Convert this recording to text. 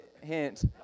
hint